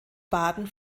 baden